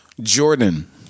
Jordan